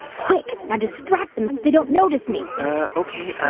quick, now distract them, so they don't notice me ok.